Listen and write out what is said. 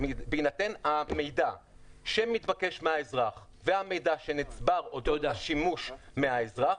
בהינתן המידע שמתבקש מהאזרח והמידע שנצבר אודות השימוש מהאזרח,